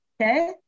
Okay